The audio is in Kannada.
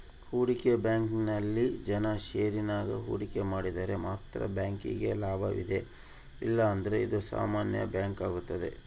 ಹೂಡಿಕೆ ಬ್ಯಾಂಕಿಂಗ್ನಲ್ಲಿ ಜನ ಷೇರಿನಾಗ ಹೂಡಿಕೆ ಮಾಡಿದರೆ ಮಾತ್ರ ಬ್ಯಾಂಕಿಗೆ ಲಾಭವಿದೆ ಇಲ್ಲಂದ್ರ ಇದು ಸಾಮಾನ್ಯ ಬ್ಯಾಂಕಾಗುತ್ತದೆ